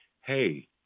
hey